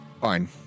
fine